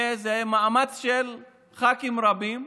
וזה מאמץ של ח"כים רבים.